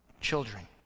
children